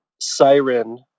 Siren